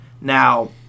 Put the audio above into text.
Now